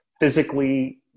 physically